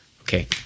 Okay